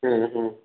ହୁଁ ହୁଁ